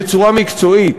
בצורה מקצועית.